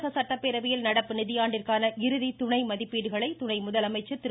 தமிழக சட்டப்பேரவையில் நடப்பு நிதியாண்டிற்கான இறுதி துணை மதிப்பீடுகளை துணை முதலமைச்சர் திரு